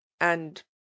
And